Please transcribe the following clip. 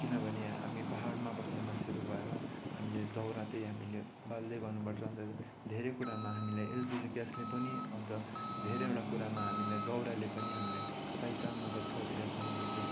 किनभने हामी पहाडमा बस्ने मान्छेहरू भएर हामीले दाउरा त्यही हामीले बाल्दै गर्नु पर्छ धेरै कुरामा हामीलाई एलपिजी ग्यासले पनि अन्त धेरैवटा कुरामा हामीलाई दाउराले पनि हामीलाई सहायता मदत गरिरहेको नै हुन्छ